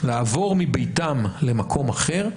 לעבור מביתם למקום אחר,